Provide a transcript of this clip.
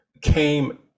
came